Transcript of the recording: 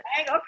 okay